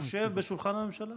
יושב בשולחן הממשלה.